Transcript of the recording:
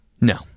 No